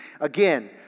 Again